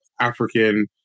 African